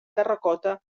terracota